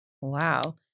Wow